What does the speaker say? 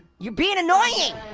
you're being annoying.